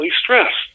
stressed